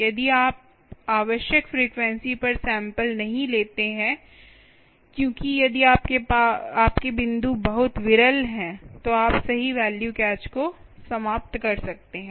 यदि आप आवश्यक फ्रीक्वेंसी पर सैंपल नहीं लेते हैं क्योंकि यदि आपके बिंदु बहुत विरल हैं तो आप सही वैल्यू कैच को समाप्त कर सकते हैं